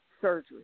surgery